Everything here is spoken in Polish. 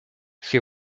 się